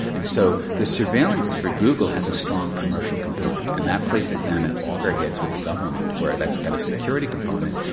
and so the surveillance for google has a strong commercial component and that places them at loggerheads with the government where that's got a security component,